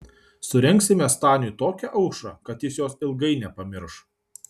surengsime staniui tokią aušrą kad jis jos ilgai nepamirš